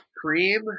cream